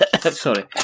Sorry